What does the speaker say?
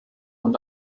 und